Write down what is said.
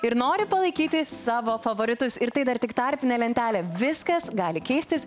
ir nori palaikyti savo favoritus ir tai dar tik tarpinė lentelė viskas gali keistis